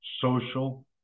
social